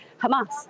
Hamas